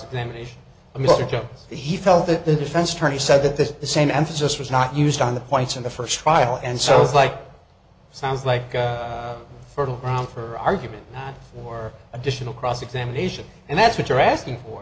examination i mean that he felt that the defense attorney said that this same emphasis was not used on the points in the first trial and cells like sounds like fertile ground for argument or additional cross examination and that's what you're asking for